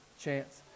chance